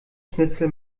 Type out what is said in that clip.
schnitzel